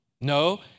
no